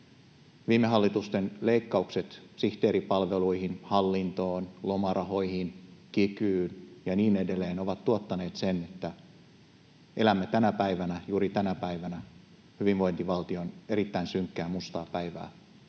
Viime hallitusten leikkaukset sihteeripalveluihin, hallintoon, lomarahoihin, kikyyn ja niin edelleen ovat tuottaneet sen, että elämme tänä päivänä — juuri tänä päivänä — hyvinvointivaltion erittäin synkkää, mustaa päivää,